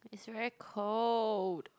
it's very cold